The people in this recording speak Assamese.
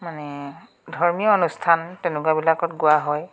মানে ধৰ্মীয় অনুষ্ঠান তেনেকুৱাবিলাকত গোৱা হয়